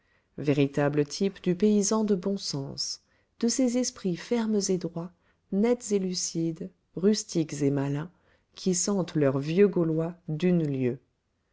véritable type du paysan de bon sens de ces esprits fermes et droits nets et lucides rustiques et malins qui sentent leur vieux gaulois d'une lieue